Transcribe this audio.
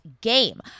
game